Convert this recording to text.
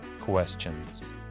questions